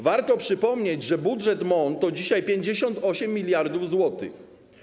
Warto przypomnieć, że budżet MON to dzisiaj 58 mld zł.